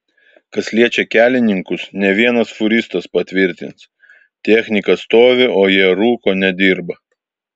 kas liečia kelininkus ne vienas fūristas patvirtins technika stovi o jie rūko nedirba